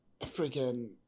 freaking